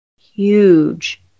huge